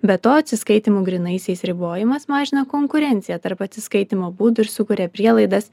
be to atsiskaitymų grynaisiais ribojimas mažina konkurenciją tarp atsiskaitymo būdų ir sukuria prielaidas